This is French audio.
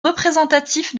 représentatif